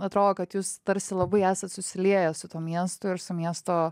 atrodo kad jūs tarsi labai esat susilieję su tuo miestu ir su miesto